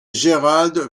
gérald